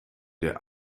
der